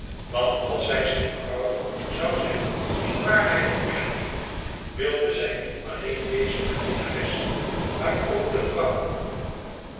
want als zij zijn vrouw zoû zijn in waarheid en echtheid wilde zij niet alleen wezen zijn minnares maar ook de vrouw